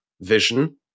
vision